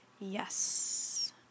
yes